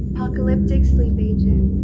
apocalyptic sleep agent.